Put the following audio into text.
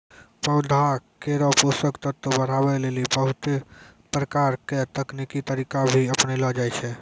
पौधा केरो पोषक तत्व बढ़ावै लेलि बहुत प्रकारो के तकनीकी तरीका भी अपनैलो जाय छै